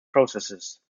processes